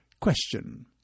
Question